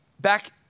Back